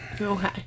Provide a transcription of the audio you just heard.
Okay